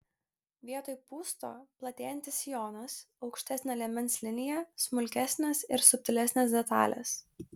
vietoj pūsto platėjantis sijonas aukštesnė liemens linija smulkesnės ir subtilesnės detalės